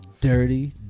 Dirty